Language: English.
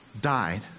died